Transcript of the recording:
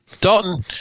Dalton